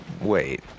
Wait